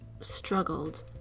struggled